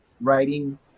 writing